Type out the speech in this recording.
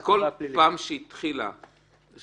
כל פעם שהיא התחילה,